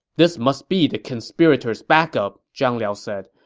this must be the conspirators' backup, zhang liao said.